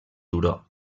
turó